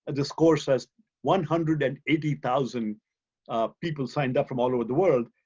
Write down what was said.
this course has one hundred and eighty thousand people signed up from all over the world,